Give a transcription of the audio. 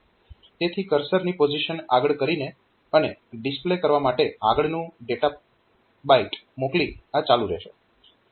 તેથી કર્સરની પોઝીશન આગળ કરીને અને ડિસ્પ્લે કરવા માટે આગળનું ડેટા બાઈટ મોકલી આ ચાલુ રહેશે